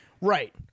Right